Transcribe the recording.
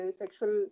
sexual